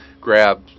grab